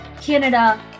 Canada